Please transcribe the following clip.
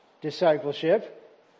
discipleship